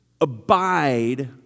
abide